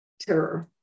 terror